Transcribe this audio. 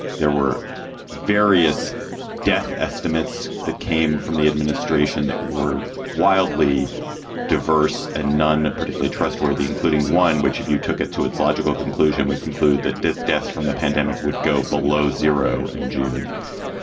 there were various death estimates that came from the administration that were wildly diverse and none particularly trustworthy, including one which, if you took it to its logical conclusion, would conclude that the deaths from the pandemic would go below zero in june.